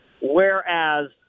whereas